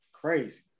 crazy